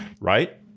right